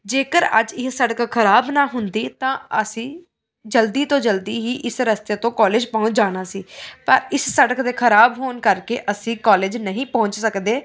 ਜੇਕਰ ਅੱਜ ਇਹ ਸੜਕ ਖਰਾਬ ਨਾ ਹੁੰਦੀ ਤਾਂ ਅਸੀਂ ਜਲਦੀ ਤੋਂ ਜਲਦੀ ਹੀ ਇਸ ਰਸਤੇ ਤੋਂ ਕੋਲੇਜ ਪਹੁੰਚ ਜਾਣਾ ਸੀ ਪਰ ਇਸ ਸੜਕ ਦੇ ਖਰਾਬ ਹੋਣ ਕਰਕੇ ਅਸੀਂ ਕਾਲਜ ਨਹੀਂ ਪਹੁੰਚ ਸਕਦੇ